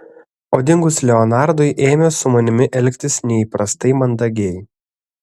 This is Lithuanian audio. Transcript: o dingus leonardui ėmė su manimi elgtis neįprastai mandagiai